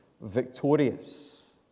victorious